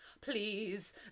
please